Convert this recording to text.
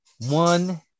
one